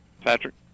Patrick